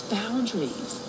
boundaries